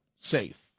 safe